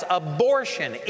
abortion